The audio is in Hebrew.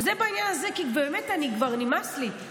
זהו בעניין הזה, כי כבר נמאס לי.